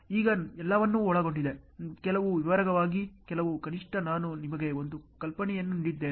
ಈಗ ಎಲ್ಲವನ್ನೂ ಒಳಗೊಂಡಿದೆ ಕೆಲವು ವಿವರವಾಗಿ ಕೆಲವು ಕನಿಷ್ಠ ನಾನು ನಿಮಗೆ ಒಂದು ಕಲ್ಪನೆಯನ್ನು ನೀಡಿದ್ದೇನೆ